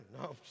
No